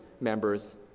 members